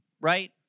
right